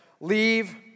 leave